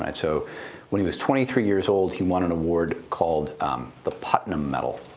and so when he was twenty three years old, he won an award called the putnam medal,